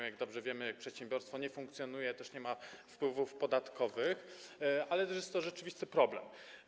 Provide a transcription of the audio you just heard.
Jak dobrze wiemy, jeśli przedsiębiorstwo nie funkcjonuje, nie ma wpływów podatkowych, ale jest to też rzeczywisty problem.